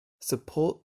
support